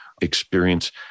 experience